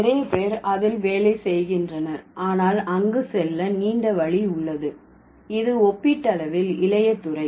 நிறைய பேர் அதில் வேலை செய்கின்றனர் ஆனால் அங்கு செல்ல நீண்ட வழி உள்ளது இது ஒப்பீட்டளவில் இளைய துறை